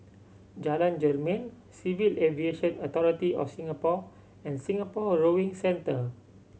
Jalan Jermin Civil Aviation Authority of Singapore and Singapore Rowing Centre